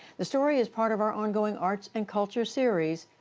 the story is part of our ongoing arts and culture series,